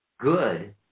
good